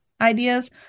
ideas